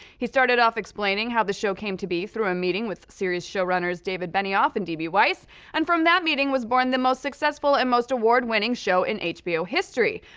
he started off explaining how the show came to be through a meeting with series showrunners david benioff and d b. weiss and from that meeting was born the most successful and most award-winning show in hbo history.